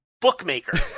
bookmaker